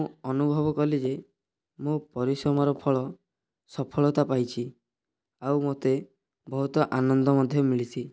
ମୁଁ ଅନୁଭବ କଲି ଯେ ମୋ ପରିଶ୍ରମର ଫଳ ସଫଳତା ପାଇଛି ଆଉ ମୋତେ ବହୁତ ଆନନ୍ଦ ମଧ୍ୟ ମିଳିଛି